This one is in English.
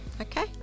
Okay